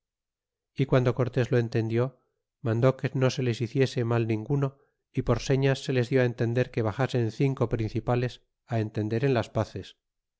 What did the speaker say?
y guando cortes lo entendió mandó que no se les hiciese mal ninguno y por señas se les dió entender que baxasen cinco principales entender en las paces